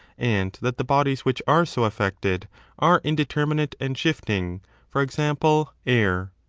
and that the bodies which are so affected are indeterminate and shifting for example, air?